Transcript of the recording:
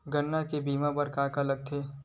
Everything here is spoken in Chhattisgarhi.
गन्ना के बीमा बर का का लगथे?